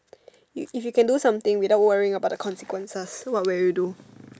if if you can do something without worrying about the consequences what will you do